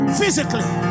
physically